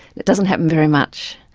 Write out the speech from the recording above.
it doesn't happen very much.